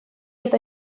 eta